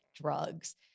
drugs